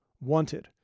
Wanted